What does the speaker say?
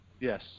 yes